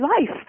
life